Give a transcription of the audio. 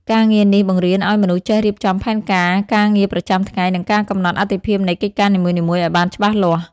ការងារនេះបង្រៀនឱ្យមនុស្សចេះរៀបចំផែនការការងារប្រចាំថ្ងៃ និងការកំណត់អាទិភាពនៃកិច្ចការនីមួយៗឱ្យបានច្បាស់លាស់។